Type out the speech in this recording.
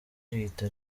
rihita